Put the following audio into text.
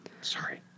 Sorry